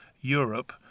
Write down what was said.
Europe